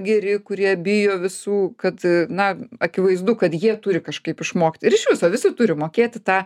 geri kurie bijo visų kad na akivaizdu kad jie turi kažkaip išmokti ir iš viso visi turi mokėti tą